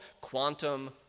quantum